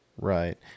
Right